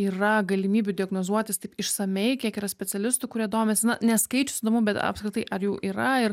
yra galimybių diagnozuotis taip išsamiai kiek yra specialistų kurie domisi na ne skaičius įdomu bet apskritai ar jau yra ir